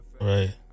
right